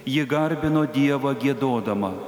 ji garbino dievą giedodama